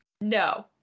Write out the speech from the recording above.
No